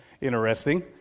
interesting